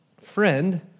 Friend